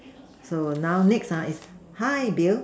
so now next uh is hi Bill